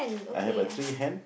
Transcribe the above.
I have a three hen